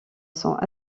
sont